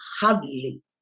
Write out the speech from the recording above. hardly